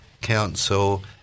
council